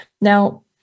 Now